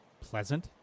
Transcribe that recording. pleasant